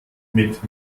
mit